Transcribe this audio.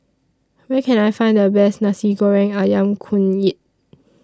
Where Can I Find The Best Nasi Goreng Ayam Kunyit